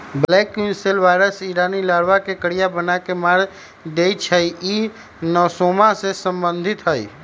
black queen cell virus इ रानी लार्बा के करिया बना के मार देइ छइ इ नेसोमा से सम्बन्धित हइ